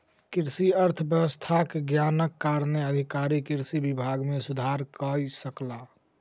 कृषि अर्थशास्त्रक ज्ञानक कारणेँ अधिकारी कृषि विभाग मे सुधार कय सकला